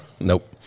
Nope